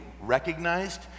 recognized